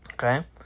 Okay